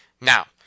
Now